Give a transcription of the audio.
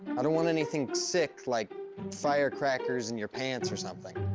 i don't want anything sick, like firecrackers in your pants or something.